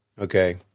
Okay